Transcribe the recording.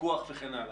פיקוח וכן הלאה.